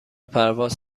پرواز